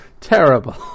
terrible